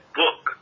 book